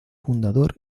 fundador